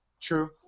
True